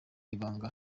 ibanga